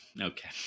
Okay